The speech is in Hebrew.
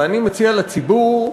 ואני מציע לציבור,